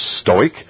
stoic